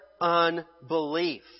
unbelief